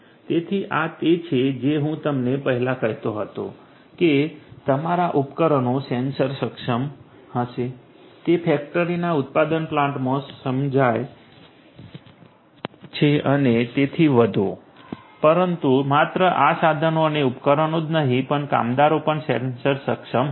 તેથી આ તે છે જે હું તમને પહેલા કહેતો હતો કે તમારા ઉપકરણો સેન્સર સક્ષમ હશે તે ફેક્ટરીના ઉત્પાદન પ્લાન્ટમાં સમજાય છે અને તેથી વધુ પરંતુ માત્ર આ સાધનો અને ઉપકરણો જ નહીં પણ કામદારો પણ સેન્સર સક્ષમ હશે